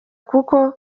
kuko